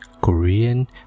korean